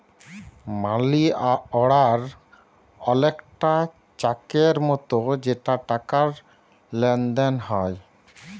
মালি অড়ার অলেকটা চ্যাকের মতো যেটতে টাকার লেলদেল হ্যয়